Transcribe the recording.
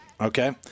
Okay